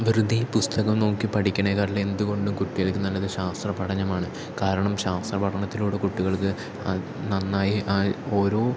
വെറുതെ പുസ്തകം നോക്കി പഠിക്കണേ കാട്ടിലും എന്ത് കൊണ്ടും കുട്ടികൾക്ക് നല്ലത് ശാസ്ത്ര പഠനമാണ് കാരണം ശാസ്ത്ര പഠനത്തിലൂടെ കുട്ടികൾക്ക് നന്നായി ആയി ഓരോ